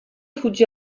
fuggì